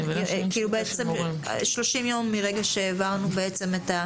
30 ימים מרגע שהעברנו את התקנות.